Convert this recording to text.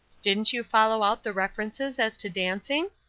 didn't you follow out the references as to dancing?